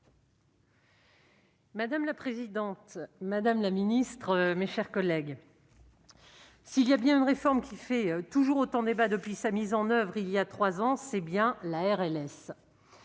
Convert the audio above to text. Madame la présidente, madame la ministre, mes chers collègues, s'il y a bien une réforme qui fait toujours autant débat depuis sa mise en oeuvre il y a trois ans, c'est bien celle